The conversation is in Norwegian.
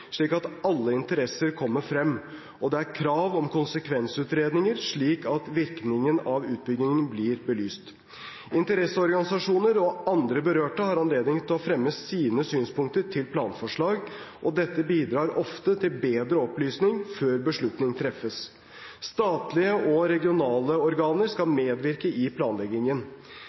slik at alle interesser kommer frem, og det er krav om konsekvensutredninger, slik at virkningen av utbyggingen blir belyst. Interesseorganisasjoner og andre berørte har anledning til å fremme sine synspunkter til planforslag, og dette bidrar ofte til bedre opplysning før beslutning treffes. Statlige og regionale organer skal